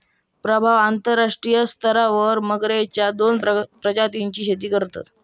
प्रभाव अंतरराष्ट्रीय स्तरावर मगरेच्या दोन प्रजातींची शेती करतत